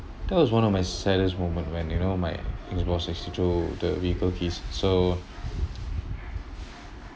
that was one of my saddest moment when you know my bosses he throw the vehicle keys so